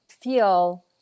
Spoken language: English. feel